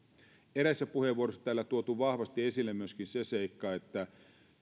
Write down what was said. eräissä puheenvuoroissa on täällä tuotu vahvasti esille myöskin se seikka että